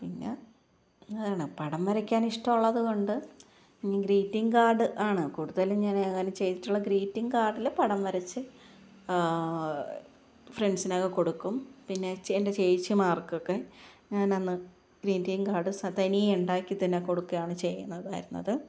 പിന്നെ അതാണ് പടം വരക്കാന് ഇഷ്ടമുള്ളത് കൊണ്ട് ഈ ഗ്രീറ്റിംഗ് കാര്ഡ് ആണ് കൂടുതലും ഞാൻ അങ്ങനെ ചെയ്തിട്ടുള്ളത് ഗ്രീറ്റിംഗ് കാര്ഡിൽ പടം വരച്ച് ഫ്രണ്ട്സിനൊക്കെ കൊടുക്കും പിന്നെ എന്റെ ചേച്ചിമാര്ക്കൊക്കെ ഞാനന്ന് ഗ്രീറ്റിംഗ് കാര്ഡ് സ തനിയെ ഉണ്ടാക്കി തന്നെ കൊടുക്കുകയാണ് ചെയ്യുന്നതായിരുന്നത്